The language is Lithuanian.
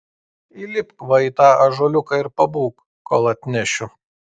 įlipk va į tą ąžuoliuką ir pabūk kol atnešiu